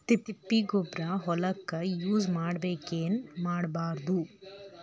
ತಿಪ್ಪಿಗೊಬ್ಬರ ಹೊಲಕ ಯೂಸ್ ಮಾಡಬೇಕೆನ್ ಮಾಡಬಾರದು?